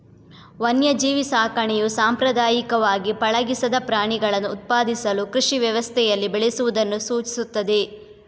ವನ್ಯಜೀವಿ ಸಾಕಣೆಯು ಸಾಂಪ್ರದಾಯಿಕವಾಗಿ ಪಳಗಿಸದ ಪ್ರಾಣಿಗಳನ್ನು ಉತ್ಪಾದಿಸಲು ಕೃಷಿ ವ್ಯವಸ್ಥೆಯಲ್ಲಿ ಬೆಳೆಸುವುದನ್ನು ಸೂಚಿಸುತ್ತದೆ